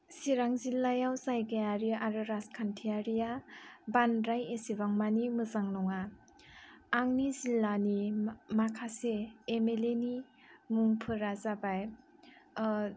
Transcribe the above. चिरां जिल्लायाव जायगायारि आरो राजखान्थियारिआ बांद्राय एसेबांमानि मोजां नङा आंनि जिल्लानि माखासे एमएलएनि मुंफोरा जाबाय